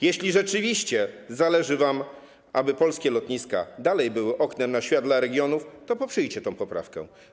Jeśli rzeczywiście zależy wam, aby polskie lotniska nadal były oknem na świat dla regionów, to poprzyjcie tę poprawkę.